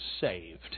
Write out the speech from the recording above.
saved